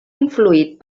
influït